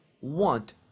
want